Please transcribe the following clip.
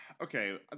Okay